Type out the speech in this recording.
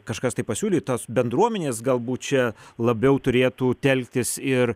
kažkas taip pasiūlyt tos bendruomenės galbūt čia labiau turėtų telktis ir